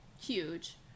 Huge